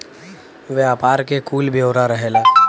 व्यापार के कुल ब्योरा रहेला